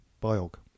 biog